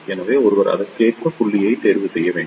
எனவே ஒருவர் அதற்கேற்ப புள்ளியைத் தேர்வு செய்ய வேண்டும்